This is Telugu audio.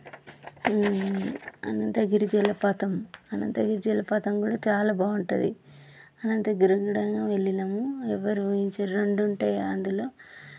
అనంతగిరి జలపాతం అనంతగిరి జలపాతం కూడా చాలా బాగుంటటుంది అనంతగిరంలో వెళ్ళినాము ఎవ్వరూ ఊహించరు రెండుంటయి అందులో